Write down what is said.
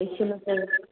एसेल'सै